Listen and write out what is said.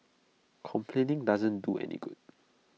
complaining doesn't do any good